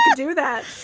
do that.